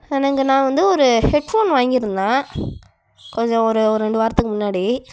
எனக்கு நான் வந்து ஒரு ஹெட்ஃபோன் வாங்கியிருந்தேன் கொஞ்சம் ஒரு ஒரு ரெண்டு வாரத்துக்கு முன்னாடி